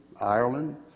Ireland